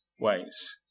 ways